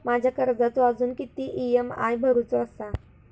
माझ्या कर्जाचो अजून किती ई.एम.आय भरूचो असा?